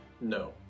no